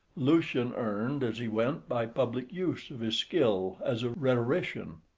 lucian earned as he went by public use of his skill as a rhetorician.